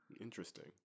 Interesting